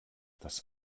das